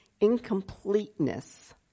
incompleteness